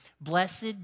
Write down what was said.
Blessed